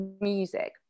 music